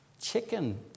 chicken